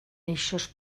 eixos